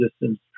distance